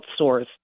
outsourced